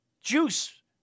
Juice